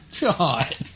God